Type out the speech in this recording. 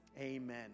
Amen